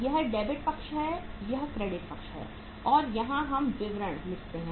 यह डेबिट पक्ष है यह क्रेडिट पक्ष है और यहां हम विवरण लिखते हैं